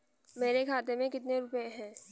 मेरे खाते में कितने रुपये हैं?